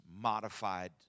modified